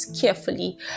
carefully